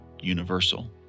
universal